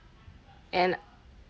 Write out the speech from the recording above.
and